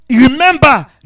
remember